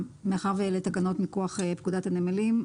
מאחר ואלה תקנות מכוח פקודת הנמלים,